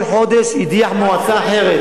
כל חודש הדיח מועצה אחרת.